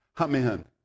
Amen